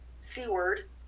C-word